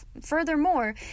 Furthermore